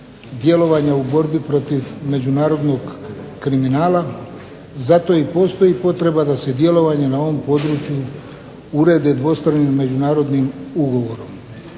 djelovanja u borbi protiv međunarodnog kriminala. Zato i postoji potreba da se djelovanjem na ovom području urede dvostranim međunarodnim ugovorom.